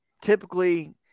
typically